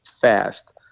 fast